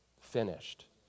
finished